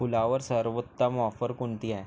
फुलावर सर्वोत्तम ऑफर कोणती आहे